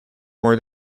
more